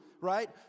right